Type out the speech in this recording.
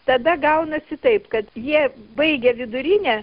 tada gaunasi taip kad jie baigia vidurinę